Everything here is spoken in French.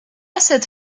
cette